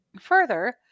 Further